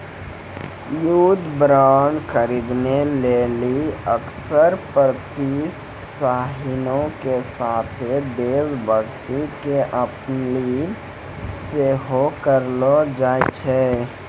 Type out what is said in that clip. युद्ध बांड खरीदे लेली अक्सर प्रोत्साहनो के साथे देश भक्ति के अपील सेहो करलो जाय छै